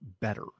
better